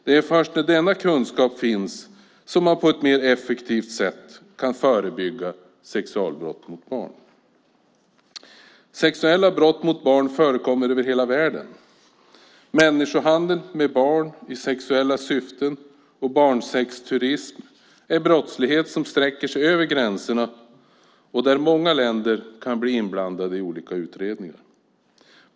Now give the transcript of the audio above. Det är först när denna kunskap finns som man på ett mer effektivt sätt kan förebygga sexualbrott mot barn. Sexuella brott mot barn förekommer över hela världen. Människohandel med barn i sexuella syften och barnsexturism är brottslighet som sträcker sig över gränserna, och många länder kan bli inblandade i olika utredningar.